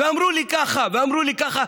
ואמרו לי ככה ואמרו לי ככה,